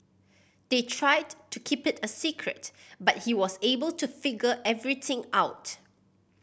they tried to keep it a secret but he was able to figure everything out